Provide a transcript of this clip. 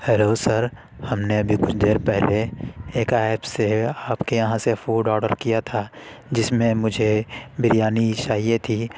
hello sir ہم نے ابھی کچھ دیر پہلے ایک ایپ سے آپ کے یہاں سے فوڈ آڈر کیا تھا جس میں مجھے بریانی چاہیے تھی